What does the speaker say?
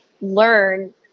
learn